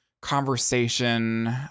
conversation